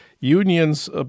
Unions